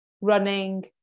running